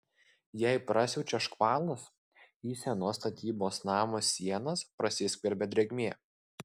jei prasiaučia škvalas į senos statybos namo sienas prasiskverbia drėgmė